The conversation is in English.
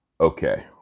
Okay